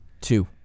two